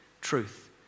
Truth